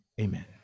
Amen